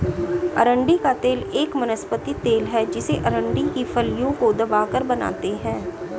अरंडी का तेल एक वनस्पति तेल है जिसे अरंडी की फलियों को दबाकर बनाते है